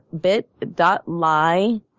bit.ly